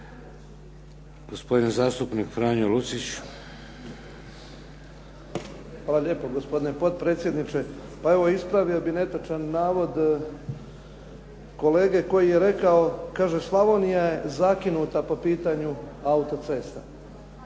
Hvala lijepo gospodine potpredsjedniče. Pa evo ispravio bih netočan navod kolege koji je rekao, kaže Slavonija je zakinuta po pitanju autocesta. Pa